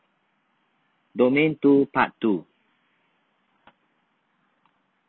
domain two part two